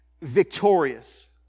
victorious